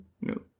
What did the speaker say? no